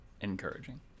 encouraging